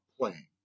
playing